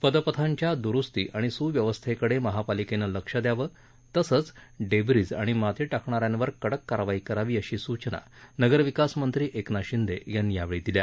पदपथांच्या द्रुस्ती आणि सुव्यस्थेकडे महापालिकेनं लक्ष दयावं तसंच डेब्रिज आणि माती टाकणाऱ्यांवर कडक कारवाई करावी अशा सूचना नगरविकास मंत्री एकनाथ शिंदे यांनी यावेळी दिल्या